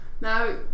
Now